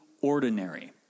ordinary